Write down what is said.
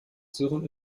sören